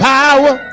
Power